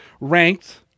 ranked